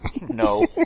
no